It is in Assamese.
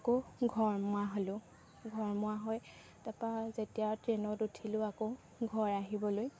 আকৌ ঘৰ মোৱা হ'লোঁ ঘৰ মোৱা হৈ তাপা যেতিয়া ট্ৰেইনত উঠিলোঁ আকৌ ঘৰ আহিবলৈ